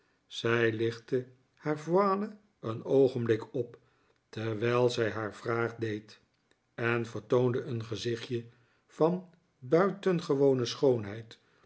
zij onmiddellijk zijn aandacht boeide een oogenblik op terwijl zij haar vraag deed en vertoonde een gezichtje van buitengewone schoonheid